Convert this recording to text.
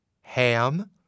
Ham